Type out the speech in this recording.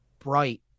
bright